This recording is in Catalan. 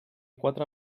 quatre